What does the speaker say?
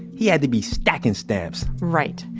he had to be stacking stamps right.